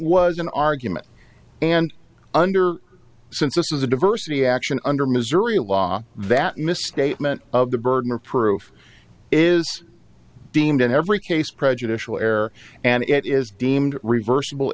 was an argument and under since this is a diversity action under missouri law that misstatement of the burden of proof is deemed in every case prejudicial air and it is deemed reversible